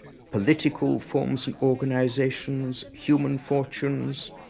political forms and organisations, human fortunes,